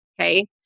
Okay